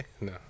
No